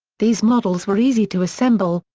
these models were easy to assemble,